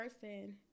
person